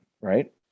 Right